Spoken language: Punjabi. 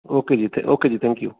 ਓਕੇ ਜੀ ਥੈਂ ਅਤੇ ਓਕੇ ਜੀ ਥੈਂਕ ਯੂ